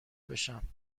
بشم